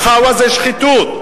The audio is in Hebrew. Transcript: "חאווה" זה שחיתות,